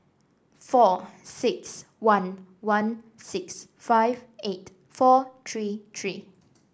four six one one six five eight four three three